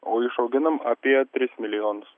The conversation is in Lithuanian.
o išauginam apie tris milijonus